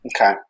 Okay